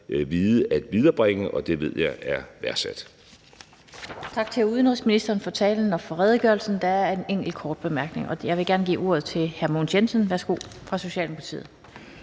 19:02 Den fg. formand (Annette Lind): Tak til udenrigsministeren for talen og for redegørelsen. Der er en enkelt kort bemærkning, og jeg vil gerne give ordet til hr. Mogens Jensen fra Socialdemokratiet.